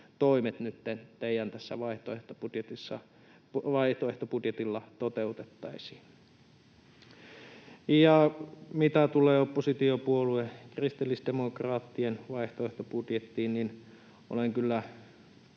tällä teidän vaihtoehtobudjetillanne toteutettaisiin. Mitä tulee oppositiopuolue kristillisdemokraattien vaihtoehtobudjettiin, niin kun tätä